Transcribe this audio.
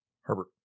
Herbert